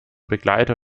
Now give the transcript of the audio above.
begleiter